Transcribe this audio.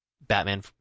Batman